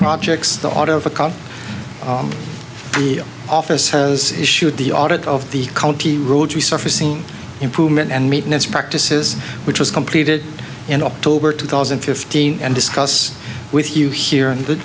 projects the author of a call the office has issued the audit of the county road resurfacing improvement and maintenance practices which was completed in october two thousand and fifteen and discuss with you here in the